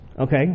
okay